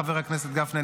חבר הכנסת גפני,